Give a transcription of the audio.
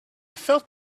felt